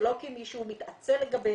זה לא כי מישהו מתעצל לגביהם.